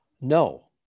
No